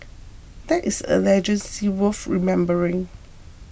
that is a legacy worth remembering